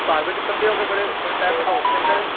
ਘਰ ਵਿੱਚ ਇਕੱਲੇ ਹੋ ਕੇ ਮਿਲੇ ਮਿਲ ਟਾਇਮ ਮਿਲਦਾ ਉੱਥੇ ਕਰੇ